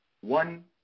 One